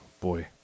Boy